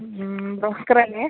ഇത് ബ്രോക്കർ അല്ലേ